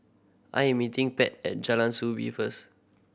I'm meeting Pat at Jalan Soo Bee first